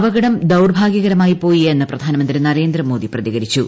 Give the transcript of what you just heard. അപകടം ദൌർഭാഗ്യകര മായിപ്പോയി എന്ന് പ്രധാനമന്ത്രി നരേന്ദ്രമോദി പ്രതികരിച്ചു